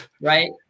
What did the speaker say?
right